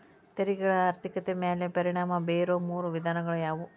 ತೆರಿಗೆಗಳ ಆರ್ಥಿಕತೆ ಮ್ಯಾಲೆ ಪರಿಣಾಮ ಬೇರೊ ಮೂರ ವಿಧಾನಗಳ ಯಾವು